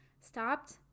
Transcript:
stopped